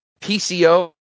PCO